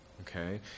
okay